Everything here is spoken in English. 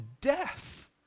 death